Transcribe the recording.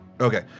Okay